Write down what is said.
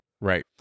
Right